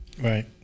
Right